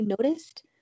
noticed